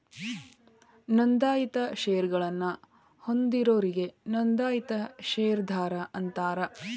ನೋಂದಾಯಿತ ಷೇರಗಳನ್ನ ಹೊಂದಿದೋರಿಗಿ ನೋಂದಾಯಿತ ಷೇರದಾರ ಅಂತಾರ